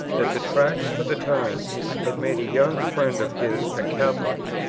that the tracts for the times had made a young friend of his a catholic,